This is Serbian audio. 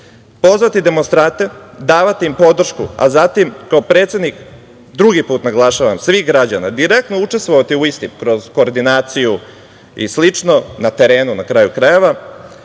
Pozvati demonstrante, davati im podršku, a zatim kao predsednik, drugi put naglašavam, svih građana, direktno učestvovati u istim kroz koordinaciju i slično, na terenu, na kraju krajeva,